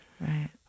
Right